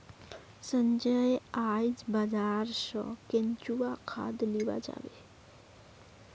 संजय आइज बाजार स केंचुआ खाद लीबा जाबे